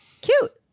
Cute